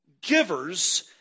Givers